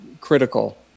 critical